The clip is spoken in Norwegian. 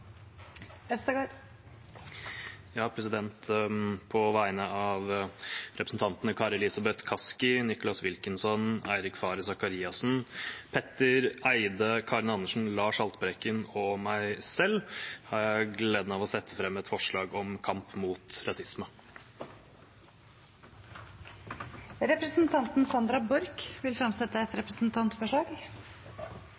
På vegne av representantene Kari Elisabeth Kaski, Nicholas Wilkinson, Eirik Faret Sakariassen, Petter Eide, Karin Andersen, Lars Haltbrekken og meg selv har jeg gleden av å sette fram et forslag om kamp mot rasisme. Representanten Sandra Borch vil fremsette et